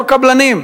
מה יעשו הקבלנים?